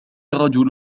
الرجل